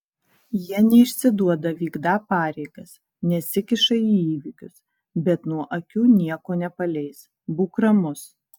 jie neišsiduoda vykdą pareigas nesikiša į įvykius bet nuo akių nieko nepaleis būk ramus